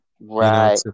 right